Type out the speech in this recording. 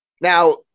Now